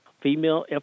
female